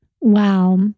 wow